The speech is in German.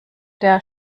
der